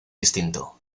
distinto